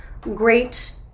great